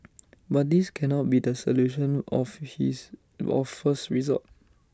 but this cannot be the solution of his of first resort